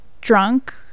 drunk